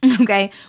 Okay